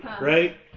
right